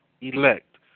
elect